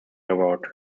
award